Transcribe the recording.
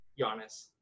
Giannis